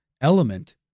element